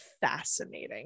fascinating